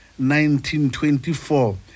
1924